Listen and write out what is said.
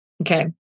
Okay